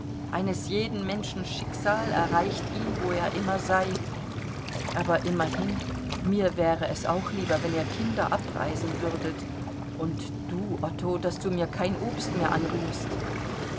eines jeden menschen schicksal erreicht ihn wo er immer sei aber immerhin mir wäre es auch lieber wenn ihr kinder abreisen würdet und du otto daß du mir kein obst mehr anrührst